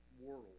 world